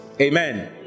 Amen